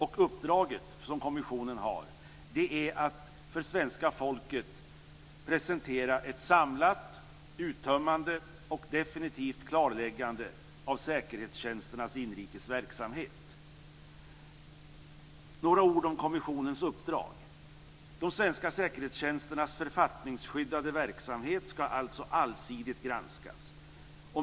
Och uppdraget som kommissionen har är att för svenska folket presentera ett samlat, uttömmande och definitiv klarläggande av säkerhetstjänsternas inrikes verksamhet. Jag vill säga några ord om kommissionens uppdrag. De svenska säkerhetstjänsternas författningsskyddande verksamhet ska alltså allsidigt granskas.